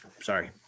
Sorry